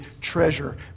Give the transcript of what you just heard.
treasure